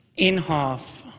inhofe